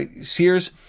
Sears